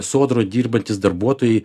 sodroj dirbantys darbuotojai